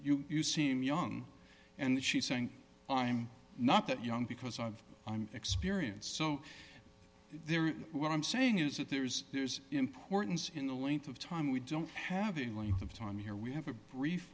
saying you seem young and she's saying i'm not that young because of experience so there what i'm saying is that there's there's importance in the length of time we don't have the length of time here we have a brief